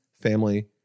family